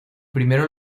primero